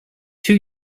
two